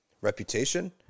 reputation